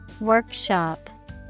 Workshop